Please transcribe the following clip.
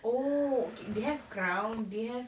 oh okay they have crowne they have